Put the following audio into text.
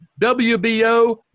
WBO